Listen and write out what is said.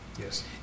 Yes